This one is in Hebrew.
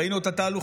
ראינו את התהלוכות,